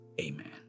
Amen